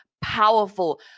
powerful